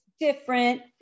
Different